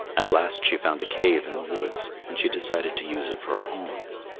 at last she found a cave in the woods, and she decided to use it for a home.